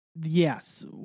Yes